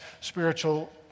spiritual